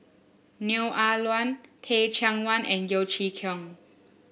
Neo Ah Luan Teh Cheang Wan and Yeo Chee Kiong